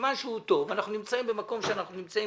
ומכיוון שהוא טוב אנחנו נמצאים במקום שאנחנו נמצאים,